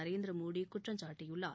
நரேந்திர மோடி குற்றம் சாட்டியுள்ளார்